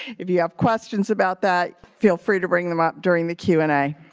if you have questions about that, feel free to bring them up during the q and a.